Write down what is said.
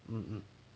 um um